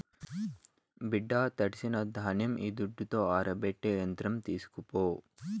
బిడ్డా తడిసిన ధాన్యం ఈ దుడ్డుతో ఆరబెట్టే యంత్రం తీస్కోపో